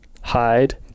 hide